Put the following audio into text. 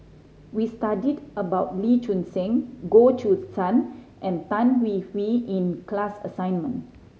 we studied about Lee Choon Seng Goh Choo San and Tan Hwee Hwee in class assignment